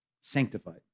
sanctified